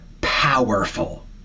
powerful